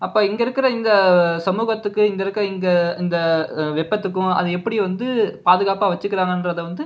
அப்போ இங்கே இருக்கிற இங்கே சமூகத்துக்கு இந்த இருக்கிற இங்கே இந்த வெப்பத்துக்கும் அது எப்படி வந்து பாதுகாப்பாக வச்சிக்குறாங்கன்றத வந்து